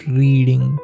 reading